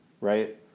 right